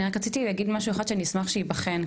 אני רציתי להגיד עוד משהו אחד שאשמח שייבחן,